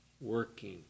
working